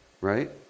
right